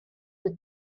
with